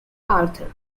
arthur